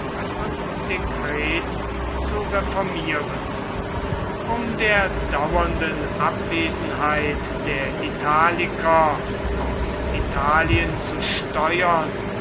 und dekret zu reformieren um der dauernden abwesenheit der italiker aus italien zu steuern